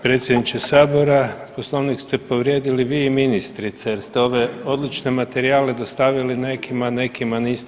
Predsjedniče sabora, Poslovnik ste povrijedili vi i ministrica jer ste ove odlične materijale dostavili nekima, a nekima niste.